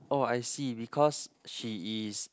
oh I see because she is